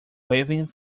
waving